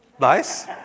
Nice